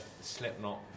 Slipknot